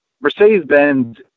Mercedes-Benz